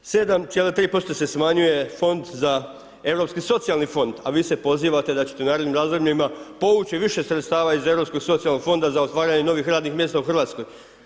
7,3% se smanjuje Europski socijalni fond a vi se pozivate da ćete u narednim razdobljima povući više sredstava iz Europskog socijalnog fonda za otvaranje novih radnih mjesta u Hrvatskoj.